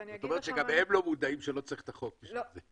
גם הם לא מודעים לכך שלא צריך את החוק בשביל זה.